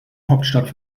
hauptstadt